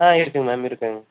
ஆ இருக்குங்க மேம் இருக்குங்க